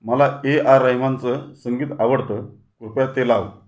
मला A R रेहमानचं संगीत आवडतं कृपया ते लाव